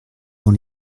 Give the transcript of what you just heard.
dans